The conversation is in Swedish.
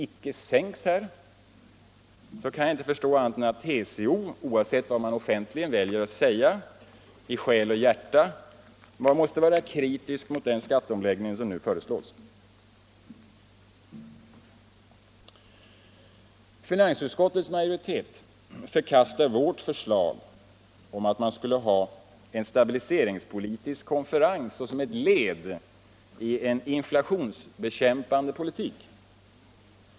icke sänks kan jag inte förstå annat än att TCO - oavsett vad man väljer att säga offentligen — i själ och hjärta måste vara kritisk mot den skatteomläggning som nu föreslås. Finansutskortets majoritet förkastar vårt förslag om en stabiliseringspolitisk konferens såsom ett led i en inflationsbekämpande politik.